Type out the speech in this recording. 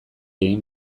egin